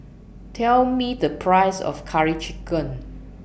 Tell Me The Price of Curry Chicken